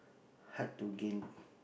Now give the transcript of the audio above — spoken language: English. hard to gain